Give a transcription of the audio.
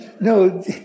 No